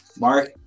Mark